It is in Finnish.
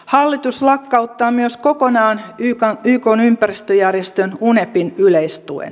hallitus lakkauttaa myös kokonaan ykn ympäristöjärjestön unepin yleistuen